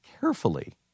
carefully